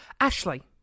Ashley